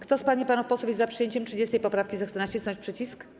Kto z pań i panów posłów jest za przyjęciem 30. poprawki, zechce nacisnąć przycisk.